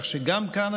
כך שגם כאן,